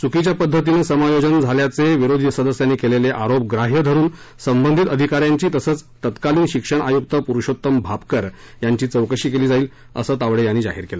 चुकीच्या पध्दतीनं समायोजन झाल्याचे विरुध्द सदस्यांनी केलेले आरोप ग्राह्य धरुन संबंधित अधिकाऱ्यांची तसंच तत्कालीन शिक्षण आयुक्त पुरुषोत्तम भापकर यांची चौकशी केली जाईल असं तावडे यांनी जाहीर केलं